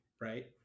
Right